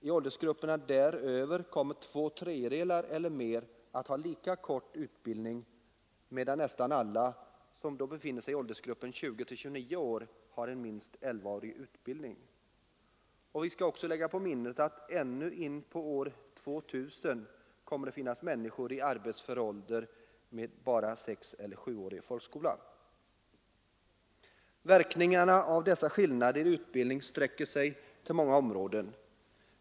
I åldersgrupperna däröver kommer två tredjedelar eller fler att ha lika kort utbildning, medan nästan alla som då befinner sig i åldersgruppen 20—29 år har en minst elvaårig utbildning. Vi skall också lägga på minnet att ännu in på år 2000 kommer det att finnas människor i arbetsför ålder med bara 6 eller 7-årig folkskola. Verkningarna av dessa olikheter i utbildning sträcker sig till många områden.